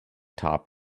top